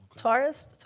Taurus